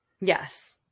yes